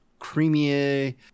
creamier